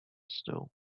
still